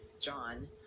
John